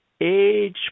Age